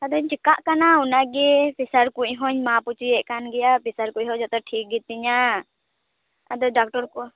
ᱟᱫᱚᱧ ᱪᱮᱠᱟᱜ ᱠᱟᱱᱟ ᱚᱱᱟᱜᱮ ᱯᱮᱥᱟᱨ ᱠᱩᱡ ᱦᱚᱸᱧ ᱢᱟᱯ ᱦᱚᱪᱚᱭᱮᱫ ᱠᱟᱱ ᱜᱮᱭᱟ ᱯᱮᱥᱟᱨ ᱠᱚᱡ ᱦᱚᱸ ᱡᱚᱛᱚ ᱴᱷᱤᱠ ᱜᱮᱛᱤᱧᱟᱹ ᱟᱫᱚ ᱰᱟᱠᱴᱛᱚᱨ ᱠᱚ